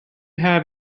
have